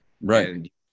Right